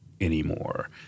anymore